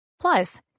Plus